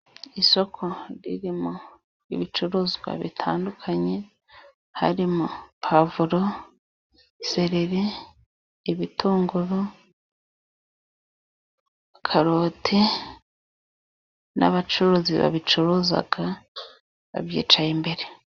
Isoko ririmo ibicuruzwa bitandukanye :Harimo pavuro ,sereri ,ibitunguru, karoti n'abacuruzi n'ababicuruza babyicaye imbere.